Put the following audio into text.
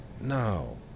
no